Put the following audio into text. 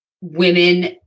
women